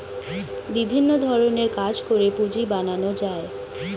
বিভিন্ন ধরণের কাজ করে পুঁজি বানানো যায়